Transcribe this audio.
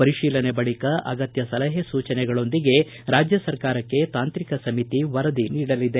ಪರಿಶೀಲನೆ ಬಳಿಕ ಅಗತ್ಯ ಸಲಹೆ ಸೂಚನೆಗಳೊಂದಿಗೆ ರಾಜ್ಯ ಸರ್ಕಾರಕ್ಕೆ ತಾಂತ್ರಿಕ ಸಮಿತಿ ವರದಿ ನೀಡಲಿದೆ